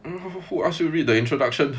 who ask you read the introduction